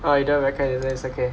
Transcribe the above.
oh you don't have webcam then it's okay